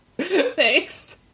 thanks